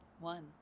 One